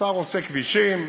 השר עושה כבישים,